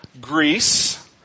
Greece